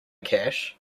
cash